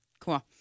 Cool